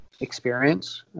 experience